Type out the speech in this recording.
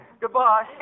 Goodbye